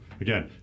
again